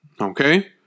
Okay